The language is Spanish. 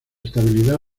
estabilidad